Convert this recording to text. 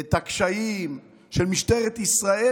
גם את הקשיים של משטרת ישראל,